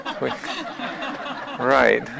right